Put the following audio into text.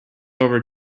over